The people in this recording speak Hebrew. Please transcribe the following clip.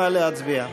נא להצביע.